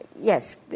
Yes